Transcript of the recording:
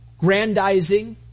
grandizing